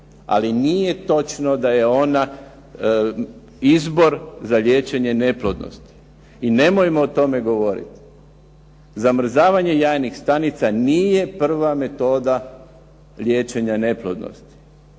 ali nije točno da je ona izbor za liječenje neplodnosti i nemojmo o tome govoriti. Zamrzavanje jajnih stanica nije prva metoda liječenja neplodnosti